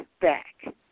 back